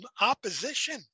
opposition